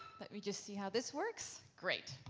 let me just see how this works. great.